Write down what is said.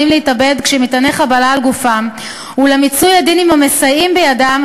להתאבד כשמטעני חבלה על גופם ולמצות את הדין עם המסייעים בידם,